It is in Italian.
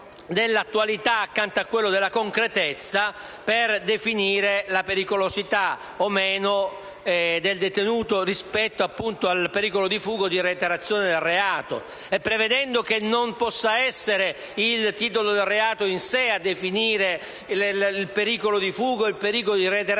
dell'attualità accanto a quello della concretezza, per definire la pericolosità o meno del detenuto, rispetto al pericolo di fuga o di reiterazione del reato, e si prevede che non possa essere il titolo del reato in sé a definire il pericolo di fuga o di reiterazione